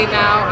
now